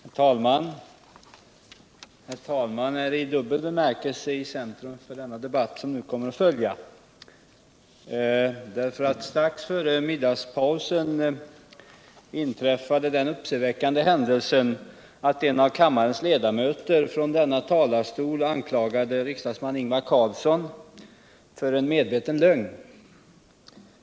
Herr talman! Talmannen är i dubbel bemirkelse i centrum för den debatu som nu kommer att följa. Strax före middagspausen inträffade nämligen det uppseendeväckande att en av kammarens ledamöter från denna talarstol anklagade Ingvar Carlsson för medveten lögn.